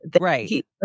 right